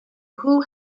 who